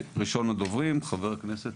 ראשון הדוברים חבר הכנסת,